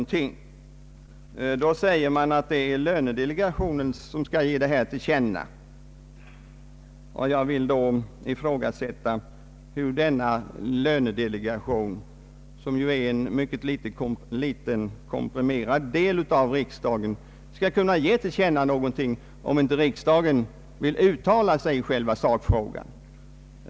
Utskottet anför i det sammanhanget att lönedelegationen skall ge detta till känna. Jag vill ifrågasätta hur denna lönedelegation, som är en mycket liten och komprimerad del av riksdagen, skall kunna ge till känna någonting om inte riksdagen vill uttala sig i själva sakfrågan.